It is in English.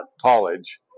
college